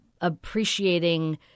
appreciating